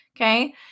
Okay